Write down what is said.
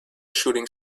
shooting